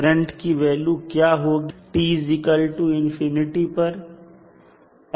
current की value क्या होगी tपर